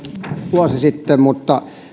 vuosi sitten mutta